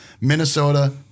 Minnesota